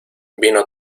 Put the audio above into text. vino